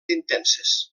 intenses